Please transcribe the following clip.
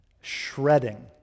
Shredding